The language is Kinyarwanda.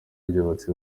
ryubatse